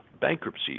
Bankruptcy